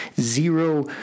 zero